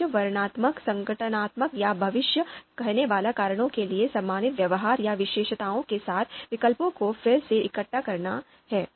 लक्ष्य वर्णनात्मक संगठनात्मक या भविष्य कहनेवाला कारणों के लिए समान व्यवहार या विशेषताओं के साथ विकल्पों को फिर से इकट्ठा करना है